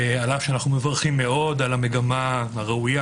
על אף שאנו מברכים מאוד על המגמה הראויה